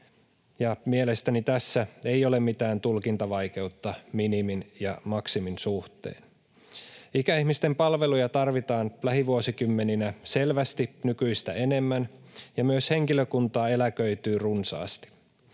Mielestäni tässä ei ole mitään tulkintavaikeutta minimin ja maksimin suhteen. Ikäihmisten palveluja tarvitaan lähivuosikymmeninä selvästi nykyistä enemmän, ja myös henkilökuntaa eläköityy runsaasti.